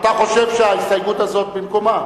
אתה חושב שההסתייגות הזאת במקומה?